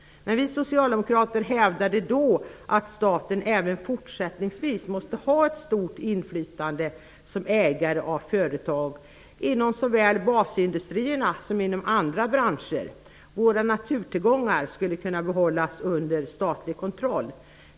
Vi socialdemokrater hävdade då att staten även fortsättningsvis måste ha ett stort inflytande som ägare av företag såväl inom basindustrierna som inom andra branscher. Våra naturtillgångar skulle behållas under statlig kontroll.